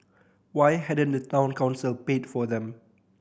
why hadn't the Town Council paid for them